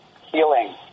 healing